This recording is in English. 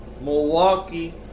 Milwaukee